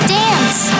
dance